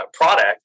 product